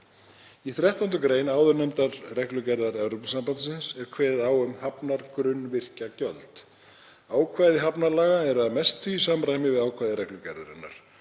Í 13. gr. áðurnefndrar reglugerðar Evrópusambandsins er kveðið á um hafnargrunnvirkjagjöld. Ákvæði hafnalaga eru að mestu í samræmi við ákvæði reglugerðarinnar.